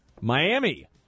Miami